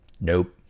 Nope